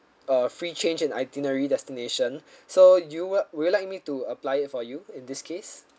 uh free change in itinerary destination so you would would you like me to apply it for you in this case